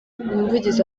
umuvugizi